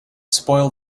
spoil